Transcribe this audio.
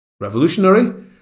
revolutionary